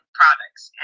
products